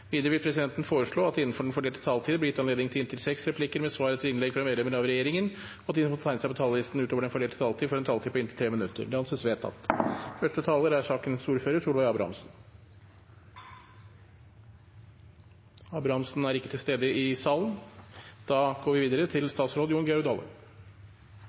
Videre vil presidenten foreslå at det – innenfor den fordelte taletid – blir gitt anledning til inntil seks replikker med svar etter innlegg fra medlemmer av regjeringen, og at de som måtte tegne seg på talerlisten utover den fordelte taletid, får en taletid på inntil 3 minutter. – Det anses vedtatt. Sakens ordfører, Solveig Sundbø Abrahamsen, er ikke til stede i salen, så da går vi videre til statsråd Jon Georg Dale.